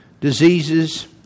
diseases